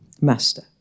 Master